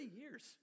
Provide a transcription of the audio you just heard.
years